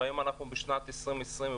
והיום אנחנו בשנת 2020,